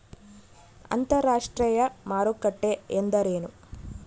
ಅಂತರಾಷ್ಟ್ರೇಯ ಮಾರುಕಟ್ಟೆ ಎಂದರೇನು?